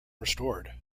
restored